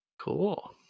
Cool